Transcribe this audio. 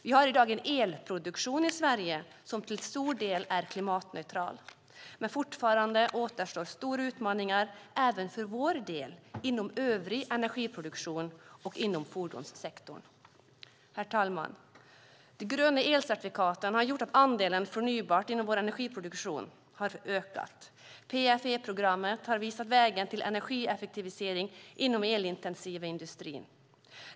Vi har i dag en elproduktion i Sverige som till stor del är klimatneutral. Men fortfarande återstår stora utmaningar även för vår del inom övrig energiproduktion och inom fordonssektorn. Herr talman! De gröna elcertifikaten har gjort att andelen förnybart inom vår energiproduktion har ökat. PFE, programmet för energieffektivisering, har visat vägen till energieffektivisering inom den elintensiva industrin.